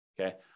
Okay